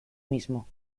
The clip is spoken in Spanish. mismo